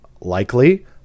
likely